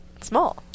small